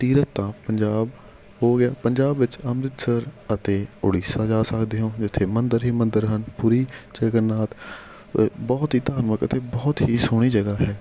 ਤੀਰਥ ਤਾਂ ਪੰਜਾਬ ਹੋ ਗਿਆ ਪੰਜਾਬ ਵਿੱਚ ਅੰਮ੍ਰਿਤਸਰ ਅਤੇ ਉੜੀਸਾ ਜਾ ਸਕਦੇ ਹੋ ਜਿੱਥੇ ਮੰਦਰ ਹੀ ਮੰਦਰ ਹਨ ਪੁਰੀ ਜਗਨਨਾਥ ਬਹੁਤ ਹੀ ਧਾਰਮਿਕ ਅਤੇ ਬਹੁਤ ਹੀ ਸੋਹਣੀ ਜਗ੍ਹਾ ਹੈ